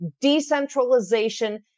decentralization